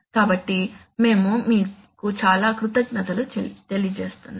కాబట్టి మేము మీకు చాలా కృతజ్ఞతలు తెలియజేస్తున్నాము